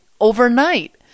overnight